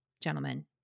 Gentlemen